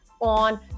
on